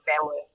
family